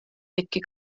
pikki